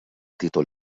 títol